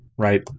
Right